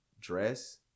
dress